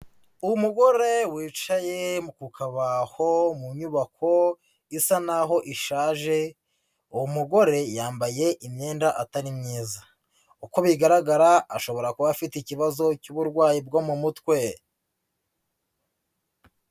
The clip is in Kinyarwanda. Umugore wicaye ku kabaho mu nyubako isa naho ishaje, umugore yambaye imyenda atari myiza, uko bigaragara ashobora kuba afite ikibazo cy'uburwayi bwo mu mutwe.